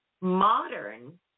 modern